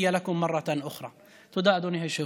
אדוני היושב-ראש.